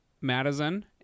Madison